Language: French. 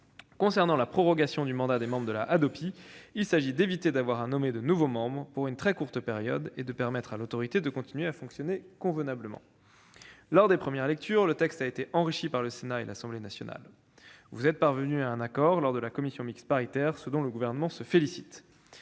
Concernant la prorogation du mandat des membres de la Hadopi, il s'agit d'éviter d'avoir à nommer de nouveaux membres pour une très courte période et de permettre à l'autorité de continuer à fonctionner convenablement. Lors des premières lectures, le texte a été enrichi par le Sénat et l'Assemblée nationale. Vous êtes parvenus à un accord lors de la commission mixte paritaire, ce dont le Gouvernement se félicite.